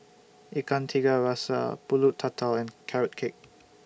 Ikan Tiga Rasa Pulut Tatal and Carrot Cake